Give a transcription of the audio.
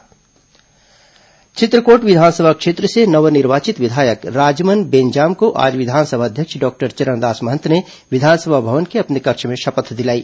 राजमन बेंजाम शपथ चित्रकोट विधानसभा क्षेत्र से नवनिर्वाचित विधायक राजमन बेंजाम को आज विधानसभा अध्यक्ष डॉक्टर चरणदास महंत ने विधानसभा भवन के अपने कक्ष में शपथ दिलाई